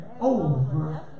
over